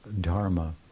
dharma